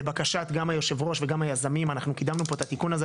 לבקשת היושב-ראש והיזמים אנחנו קידמנו את התיקון הזה.